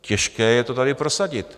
Těžké je to tady prosadit.